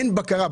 אין בקרה.